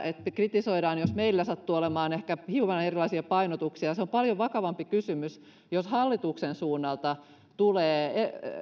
että kritisoidaan jos meillä sattuu olemaan ehkä hiukan erilaisia painotuksia se on paljon vakavampi kysymys jos hallituksen suunnalta tulee sitä että